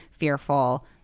Fearful